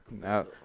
No